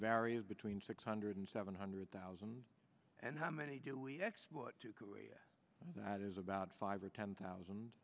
various between six hundred and seven hundred thousand and how many do we export to korea that is about five or ten thousand